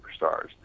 superstars